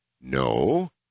No